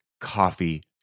coffee